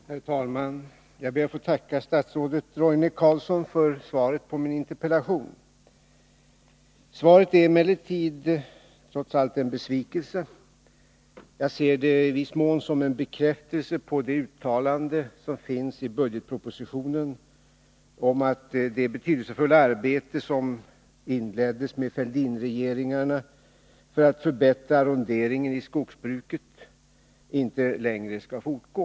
Herr talman! Jag ber att få tacka statsrådet Roine Carlsson för svaret på min interpellation. Svaret är emellertid trots allt en besvikelse. Jag ser det i viss mån som en bekräftelse på det uttalande som finns i budgetpropositionen om att det betydelsefulla arbete som inleddes av Fälldinregeringarna för att förbättra arronderingen i skogsbruket inte längre skall fortgå.